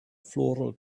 floral